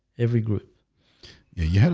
every group you yeah